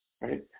right